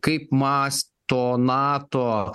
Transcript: kaip mąsto nato